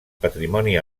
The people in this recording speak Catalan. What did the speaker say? patrimoni